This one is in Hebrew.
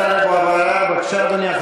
בבקשה, אדוני.